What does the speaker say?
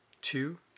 Two